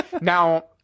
now